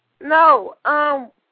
No